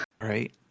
Right